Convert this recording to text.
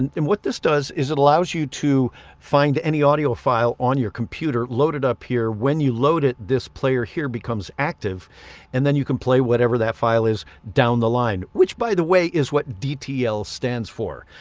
and and what this does is it allows you to find any audio file on your computer load it up here when you load it this player here becomes active and then you can play whatever that file is down the line, which by the way is what dtl stands for,